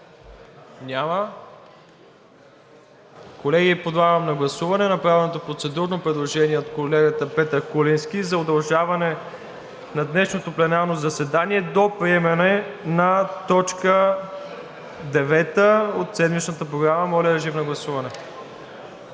Няма. Колеги, подлагам на гласуване направеното процедурно предложение от колегата Петър Куленски за удължаване на днешното пленарно заседание до приемане на точка девета от седмичната програма. Гласували